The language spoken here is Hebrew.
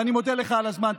ואני מודה לך על הזמן.